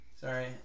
Sorry